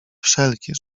wszelkie